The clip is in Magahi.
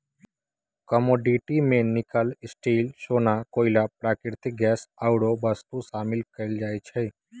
कमोडिटी में निकल, स्टील,, सोना, कोइला, प्राकृतिक गैस आउरो वस्तु शामिल कयल जाइ छइ